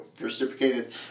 reciprocated